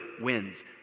wins